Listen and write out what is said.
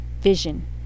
vision